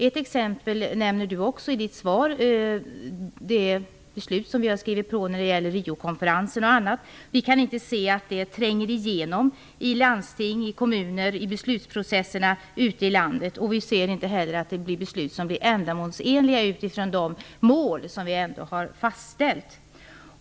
Miljöministern nämner ett exempel i sitt svar, nämligen det beslut som vi har skrivit på när det gäller Riokonferensen och annat. Vi kan inte se att det tränger igenom i landsting, kommuner och beslutsprocesserna ute i landet. Vi ser inte heller att det blir ändamålsenliga beslut, med tanke på de mål som ändå har fastställts.